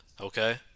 okay